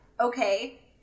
okay